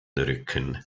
rücken